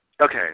Okay